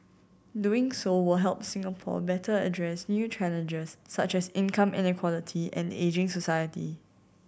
doing so will help Singapore better address new challenges such as income inequality and ageing society